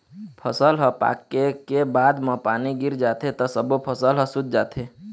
फसल ह पाके के बाद म पानी गिर जाथे त सब्बो फसल ह सूत जाथे